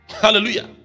Hallelujah